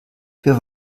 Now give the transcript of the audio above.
für